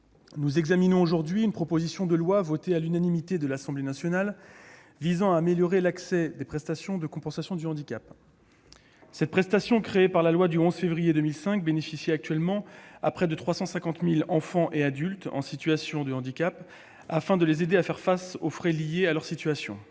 nous examinons aujourd'hui une proposition de loi, adoptée à l'unanimité par l'Assemblée nationale, visant à améliorer l'accès à la prestation de compensation du handicap. Créée par la loi du 11 février 2005, cette prestation bénéficie actuellement à près de 350 000 enfants et adultes en situation de handicap ; elle les aide à faire face aux frais liés à leur situation.